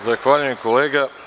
Zahvaljujem, kolega.